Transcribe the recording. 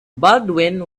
baldwin